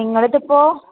നിങ്ങളിതിപ്പോ